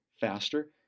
faster